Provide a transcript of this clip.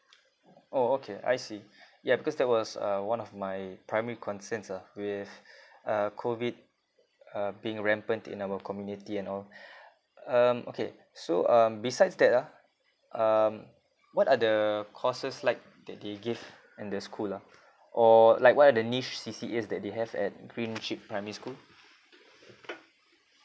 oh okay I see yeah because there was uh one of my primary concerns lah with uh COVID uh being rampant in our community and all um okay so um besides that ah um what are the courses like that they give and the school lah or like what are the niche C_C_As that they have at green ship primary school